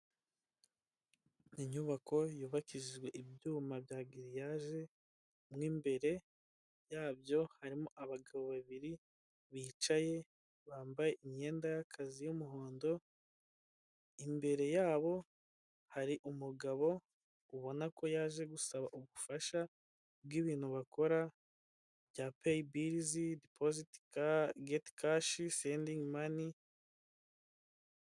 Inyubako yubakijwe ibyuma bya giriyaje mu imbere yabyo harimo abagabo babiri bicaye bambaye imyenda y'akazi y'umuhondo, imbere yabo hari umugabo ubona ko yaje gusaba ubufasha bw'ibintu bakora bya peyibirizi, dipoziti geti kashi sendingi mani.